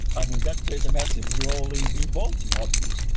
i mean, that plays a massive role in in voting obviously.